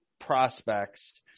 prospects